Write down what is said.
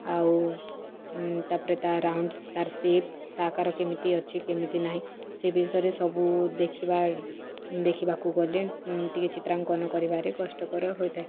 ଆଉ ତା'ପରେ ତା' ରାଉଣ୍ଡ୍ ତା'ର ସେପ୍ ତା' ଆକାର କେମିତି ଅଛି କେମିତି ନାହିଁ ସେଇ ବିଷୟରେ ସବୁ ଦେଖିବା ଦେଖିବାକୁ ଗଲେ ଟିକିଏ ଚିତ୍ରାଙ୍କନ କରିବାରେ କଷ୍ଟକର ହୋଇଥାଏ